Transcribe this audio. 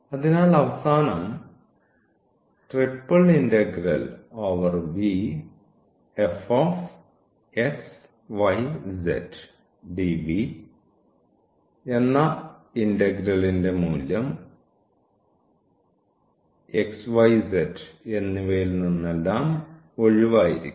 അതിനാൽ അവസാനം എന്ന ഇന്റഗ്രേലിന്റെ മൂല്യം xyz എന്നിവയിൽ നിന്നെല്ലാം ഒഴിവായിയിരിക്കും